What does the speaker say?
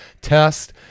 test